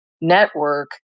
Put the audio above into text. network